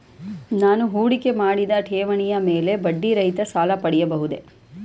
ನಾನು ಹೂಡಿಕೆ ಮಾಡಿದ ಠೇವಣಿಯ ಮೇಲೆ ಬಡ್ಡಿ ರಹಿತ ಸಾಲ ಪಡೆಯಬಹುದೇ?